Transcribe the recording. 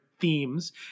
themes